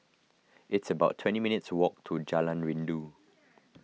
it's about twenty minutes' walk to Jalan Rindu